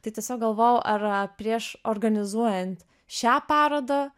tai tiesiog galvojau ar prieš organizuojant šią parodą